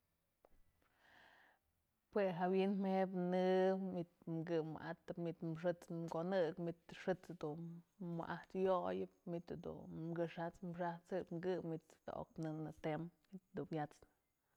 Jue jawi'in jëbëp, në manytë kë wa'atëp, manytë xët's konëkëp, manytë xët's dun wa'ajtë yoyëp, manytë jedun këxat'sëp kë manytë jadaok në natemnë manytë dun wyat'snë.